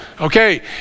Okay